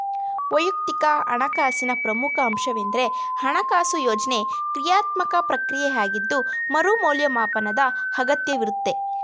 ವೈಯಕ್ತಿಕ ಹಣಕಾಸಿನ ಪ್ರಮುಖ ಅಂಶವೆಂದ್ರೆ ಹಣಕಾಸು ಯೋಜ್ನೆ ಕ್ರಿಯಾತ್ಮಕ ಪ್ರಕ್ರಿಯೆಯಾಗಿದ್ದು ಮರು ಮೌಲ್ಯಮಾಪನದ ಅಗತ್ಯವಿರುತ್ತೆ